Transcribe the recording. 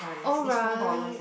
alright